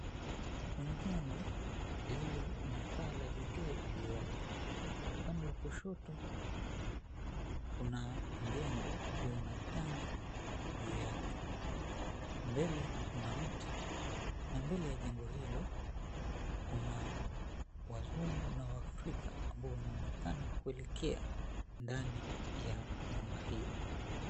Kuna jengo lililo na paa la vigae juu yake. Upande wa kushoto kuna mjengo ulio na tenki juu yake, mbele kuna mti na mbele ya jengo hilo kuna wazungu na waafrika ambao wanaonekana kuelekea ndani ya nyumba hio.